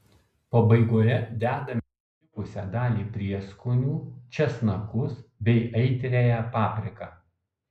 pabaigoje dedame likusią dalį prieskonių česnakus bei aitriąją papriką